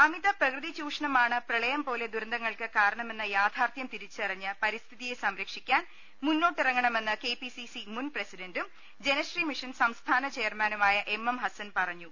അമിത പ്രകൃതിചൂഷണമാണ് പ്രളയം പോലെ ദുരന്തങ്ങൾക്ക് കാരണമെന്ന യാഥാർത്ഥ്യം തിരിച്ചറിഞ്ഞ് പരിസ്ഥിതിയെ സംരക്ഷിക്കാൻമുന്നിട്ടിറങ്ങണമെന്ന് കെ പി സി സി മുൻ പ്രസിഡന്റും ജനശ്രീ മിഷൻ സംസ്ഥാന ചെയർമാനുമായ എം എം ഹസൻ പറഞ്ഞു